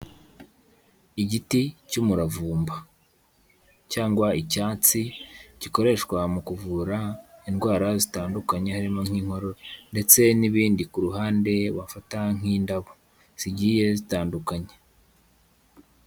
Igiti cy'umuravumba, cyangwa icyansi gikoreshwa mu kuvura indwara zitandukanye harimo nk'inkorora ndetse n'ibindi ku ruhande bafata nk'indabo, zigiye zitandukanye.